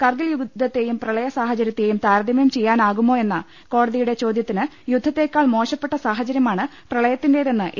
കർഗിൽ യുദ്ധത്തെയും പ്രളയ സാഹചര്യത്തെയും താരതമ്യം ചെയ്യാനാകുമോ എന്ന കോടതിയുടെ ചോദ്യത്തിന് യുദ്ധത്തെ ക്കാൾ മോശപ്പെട്ട സാഹചര്യമാണ് പ്രളയത്തിന്റെതെന്ന് എ